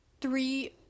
three